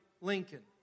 Lincoln